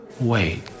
Wait